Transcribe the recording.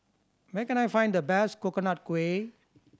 where can I find the best Coconut Kuih